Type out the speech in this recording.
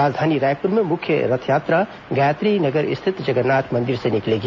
राजधानी रायपुर में मुख्य रथयात्रा गायत्री नगर स्थित जगन्नाथ मंदिर से निकलेगी